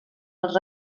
els